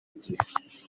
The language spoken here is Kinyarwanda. gihe